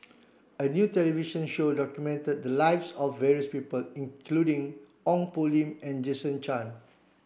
a new television show documented the lives of various people including Ong Poh Lim and Jason Chan